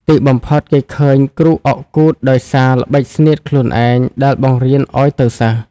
ទីបំផុតគេឃើញគ្រូអុកគូទដោយសារល្បិចស្នៀតខ្លួនឯងដែលបង្រៀនឲ្យទៅសិស្ស ។